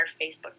Facebook